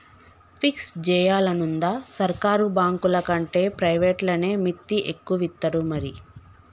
fix జేయాలనుందా, సర్కారు బాంకులకంటే ప్రైవేట్లనే మిత్తి ఎక్కువిత్తరు మరి